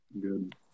good